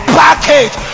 package